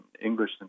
English